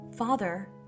Father